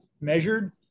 measured